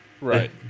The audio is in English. Right